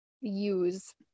use